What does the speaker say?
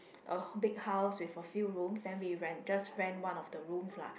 a big house with a few rooms and we rent just rent one of the rooms lah